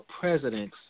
presidents